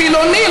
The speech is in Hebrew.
חילוני,